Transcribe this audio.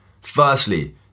Firstly